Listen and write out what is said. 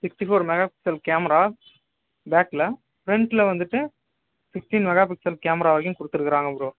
sixty four mega pixel camera பேகில் ஃபிரண்ட்ல வந்துட்டு சிக்ஸ்ட்டீன் மெகா பிக்சல் வரைக்கும் கொடுத்துருக்குறாங்க ப்ரோ